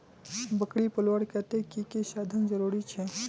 बकरी पलवार केते की की साधन जरूरी छे?